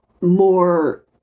more